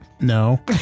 No